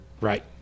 Right